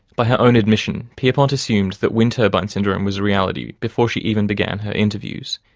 by her own admission, pierpont assumed that wind turbine syndrome was a reality before she even began her interviews.